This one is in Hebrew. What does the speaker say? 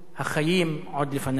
החיים עוד לפניכם.